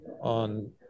on